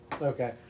Okay